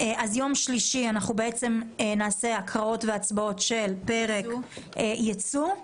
ביום שלישי נקיים הקראות והצבעות של פרק ייצוא,